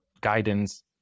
guidance